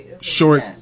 short